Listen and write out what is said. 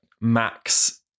Max